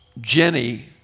Jenny